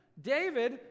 David